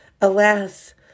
Alas